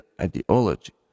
ideology